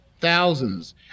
Thousands